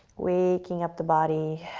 waking up the body,